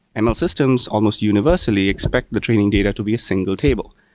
and ml systems, almost universally, expect the training data to be a single table.